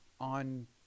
on